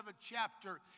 chapter